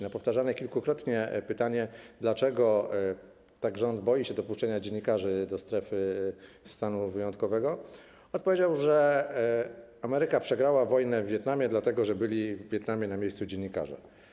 Na powtarzane kilkukrotnie pytanie, dlaczego tak rząd boi się dopuszczenia dziennikarzy do strefy stanu wyjątkowego, odpowiedział, że Ameryka przegrała wojnę w Wietnamie, dlatego że byli w Wietnamie na miejscu dziennikarze.